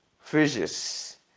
fishes